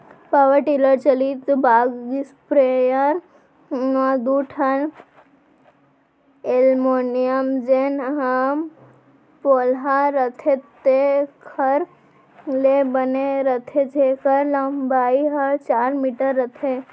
power tiller चलित बाग spare म दू ठन एलमोनियम जेन ह पोलहा रथे तेकर ले बने रथे जेकर लंबाई हर चार मीटर रथे